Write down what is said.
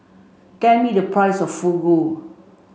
me the price of Fugu